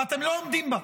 ואתם לא עומדים בה.